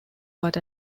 but